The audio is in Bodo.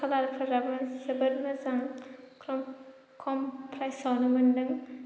खालारफोराबो जोबोद मोजां खम खम फ्राइसावनो मोन्दों